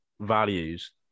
values